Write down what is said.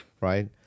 right